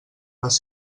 les